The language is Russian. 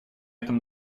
этом